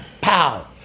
pow